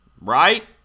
Right